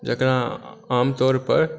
जकरा आमतौर पर